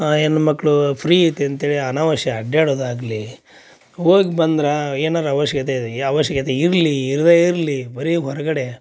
ಹೆಣ್ಮಕ್ಳು ಫ್ರೀ ಐತೆ ಅಂತೇಳಿ ಅನಾವಶ್ಯ ಅಡ್ಯಾಡೊದಾಗಲಿ ಹೋಗಿ ಬಂದ್ರ ಏನಾರ ಆವಶ್ಯಕತೆ ಇದೆ ಈ ಆವಶ್ಯಕತೆ ಇರಲಿ ಇರದೇ ಇರಲಿ ಬರೀ ಹೊರಗಡೆ